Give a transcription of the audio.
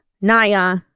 Naya